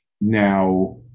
Now